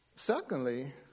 Secondly